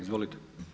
Izvolite.